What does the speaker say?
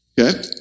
Okay